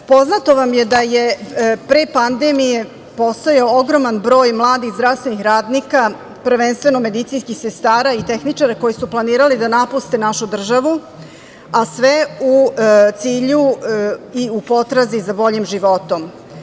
Poznato vam je da je pre pandemije postojao ogroman broj mladih zdravstvenih radnika, prvenstveno medicinskih sestara i tehničara, koji su planirali da napuste našu državu, a sve u cilju i u potrazi za boljim životom.